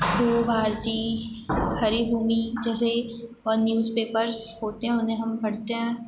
भारती हरिभूमि जैसे न्यूज़पेपर्स होते हैं उन्हें हम पढ़ते हैं